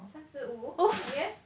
三十五 I guess